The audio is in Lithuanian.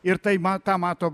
ir tai ma tą mato